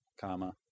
comma